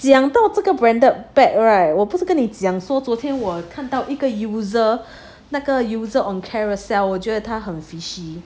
讲到这个 branded bag right 我不是跟你讲说昨天我看到一个 user 那个 user on Carousell 他很 fishy